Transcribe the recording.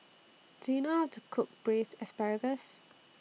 Do YOU know How to Cook Braised Asparagus